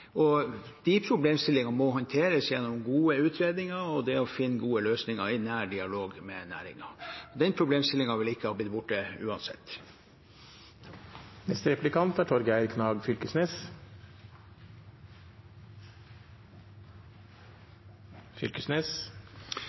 De problemstillingene må håndteres gjennom gode utredninger og det å finne gode løsninger i nær dialog med næringen. Den problemstillingen ville ikke ha blitt borte uansett. Som eg var inne på i innlegget mitt, er